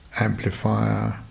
amplifier